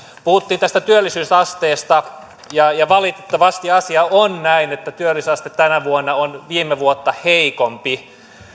puhuttiin tästä työllisyysasteesta ja ja valitettavasti asia on näin että työllisyysaste tänä vuonna on viime vuotta heikompi